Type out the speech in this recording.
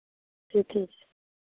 ठीके छै